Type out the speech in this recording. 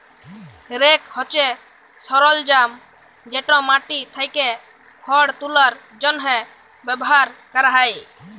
rake হছে সরলজাম যেট মাটি থ্যাকে খড় তুলার জ্যনহে ব্যাভার ক্যরা হ্যয়